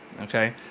okay